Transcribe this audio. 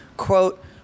quote